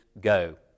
go